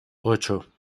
ocho